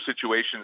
situations